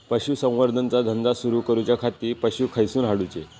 पशुसंवर्धन चा धंदा सुरू करूच्या खाती पशू खईसून हाडूचे?